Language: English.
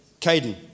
Caden